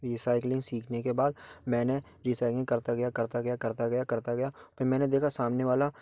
recycling सीखने के बाद मैं ना रीसाइक्लिंग करता गया करता गया करता गया करता गया फिर मैंने देखा सामने वाला